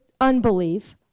unbelief